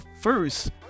first